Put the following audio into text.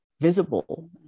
visible